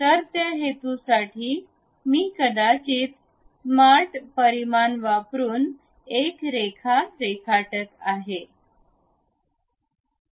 तर त्या हेतूसाठी मी कदाचित स्मार्ट परिमाण वापरून एक रेखा रेखाटत आहे